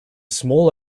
small